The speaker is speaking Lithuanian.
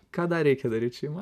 ką dar reikia daryt šeimoj